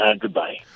Goodbye